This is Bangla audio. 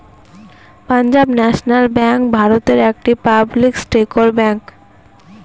পাঞ্জাব ন্যাশনাল ব্যাঙ্ক ভারতের একটি পাবলিক সেক্টর ব্যাঙ্ক